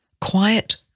quiet